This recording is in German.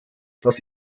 das